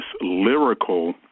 lyrical